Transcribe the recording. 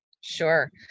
Sure